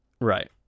Right